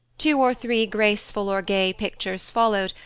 two or three graceful or gay pictures followed,